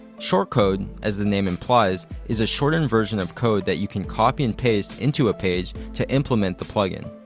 shortcode, as the name implies, is a shortened version of code that you can copy and paste into a page to implement the plugin.